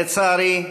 לצערי,